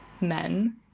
men